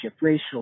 racial